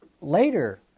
later